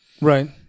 right